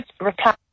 reply